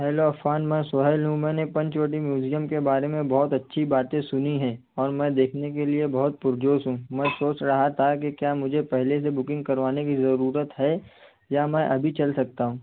hello Affan میں سہیل ہوں میں نے پنچوٹی میوزیم کے بارے میں بہت اچھی باتیں سنی ہیں اور میں دیکھنے کے لیے بہت پرجوش ہوں میں سوچ رہا تھا کہ کیا مجھے پہلے سے بکنگ کروانے کی ضرورت ہے یا میں ابھی چل سکتا ہوں